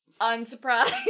unsurprised